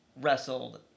wrestled